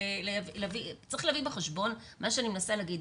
מה שאני מנסה להגיד,